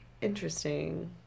interesting